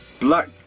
black